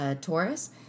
Taurus